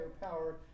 power